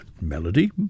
Melody